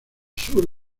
sur